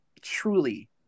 truly